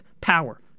power